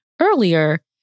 earlier